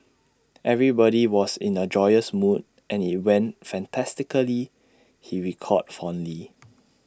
everybody was in A joyous mood and IT went fantastically he recalled fondly